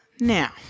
now